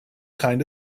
kind